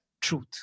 truth